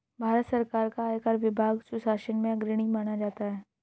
भारत सरकार का आयकर विभाग सुशासन में अग्रणी माना जाता है